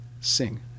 sing